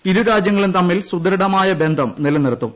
ഈ ഇ്തുരാജ്യങ്ങളും തമ്മിൽ സുദൃഢമായ ബന്ധം നിലനിർത്തും